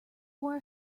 wore